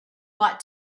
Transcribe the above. bought